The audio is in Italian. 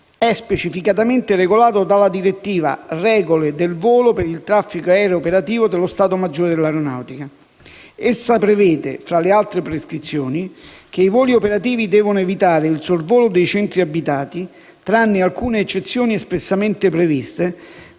è specificamente regolato dalla direttiva «Regole del volo per il traffico aereo operativo» dello Stato maggiore dell'Aeronautica. Essa prevede, fra le altre prescrizioni, che i voli operativi devono evitare il sorvolo dei centri abitati tranne alcune eccezioni espressamente previste,